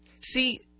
See